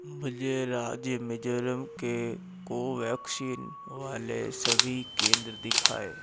मुझे राज्य मिज़ोरम के कोवैक्सीन वाले सभी केंद्र दिखाएँ